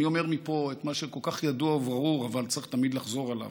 אני אומר מפה את כל מה שכל כך ידוע וברור אבל צריך תמיד לחזור עליו: